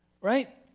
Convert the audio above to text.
right